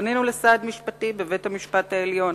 פנינו לסעד משפטי בבית-המשפט העליון.